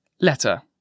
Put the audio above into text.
Letter